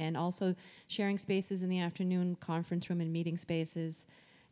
in also sharing spaces in the afternoon conference room and meeting spaces